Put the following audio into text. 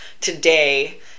today